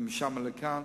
ומשם לכאן,